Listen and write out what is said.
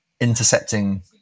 intercepting